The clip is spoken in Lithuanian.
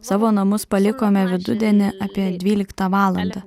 savo namus palikome vidudienį apie dvyliktą valandą